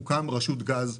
הוקמה רשות גז,